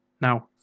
Now